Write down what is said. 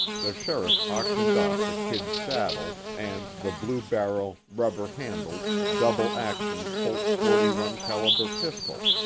the sheriff auctioned off the kid's saddle, and the blue-barrel, rubber-handled, double action colt's forty one calibre pistol,